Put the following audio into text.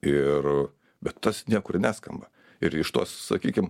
ir bet tas niekur neskamba ir iš to sakykim